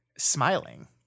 Smiling